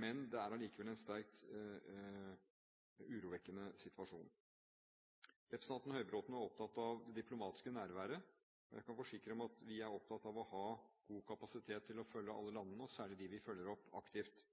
men det er allikevel en sterkt urovekkende situasjon. Representanten Høybråten var opptatt av det diplomatiske nærværet. Jeg kan forsikre om at vi er opptatt av å ha god kapasitet til å følge alle landene, særlig dem vi følger opp aktivt.